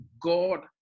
God